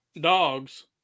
dogs